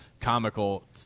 comical